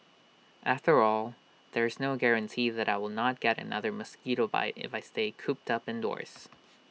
after all there's no guarantee that I will not get another mosquito bite if I stay cooped up indoors